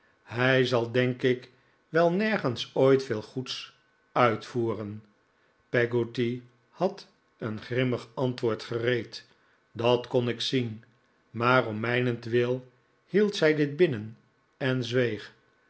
hij zal denk ik wel nergens ooit veel goeds uitvoeren peggotty had een grimmig antwoord gereed dat kon ik zien maar om mijnentwil hield zij dit binnen en zweeg